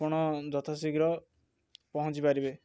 ଆପଣ ଯଥା ଶୀଘ୍ର ପହଞ୍ଚି ପାରିବେ